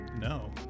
No